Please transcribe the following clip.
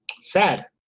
sad